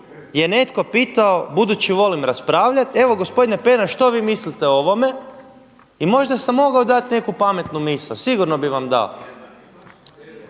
je netko pitao, budući volim raspravljati, evo gospodine Pernar što vi mislite o ovome. I možda sam mogao dati neku pametnu misao, sigurno bih vam dao.